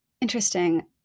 Interesting